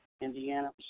Indiana